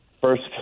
First